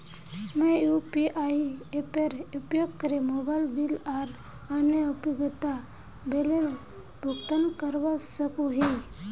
मुई यू.पी.आई एपेर उपयोग करे मोबाइल बिल आर अन्य उपयोगिता बिलेर भुगतान करवा सको ही